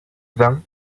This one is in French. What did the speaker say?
vin